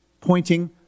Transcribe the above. pointing